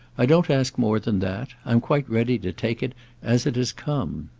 i don't ask more than that i'm quite ready to take it as it has come.